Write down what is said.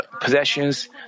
possessions